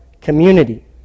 community